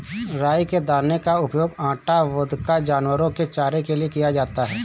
राई के दाने का उपयोग आटा, वोदका, जानवरों के चारे के लिए किया जाता है